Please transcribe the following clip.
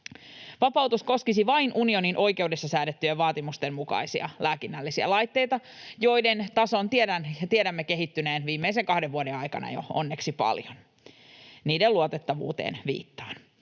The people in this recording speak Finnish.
Vapautus koskisi vain unionin oikeudessa säädettyjen vaatimusten mukaisia lääkinnällisiä laitteita, joiden tason tiedämme kehittyneen viimeisen kahden vuoden aikana onneksi jo paljon. Viittaan niiden luotettavuuteen.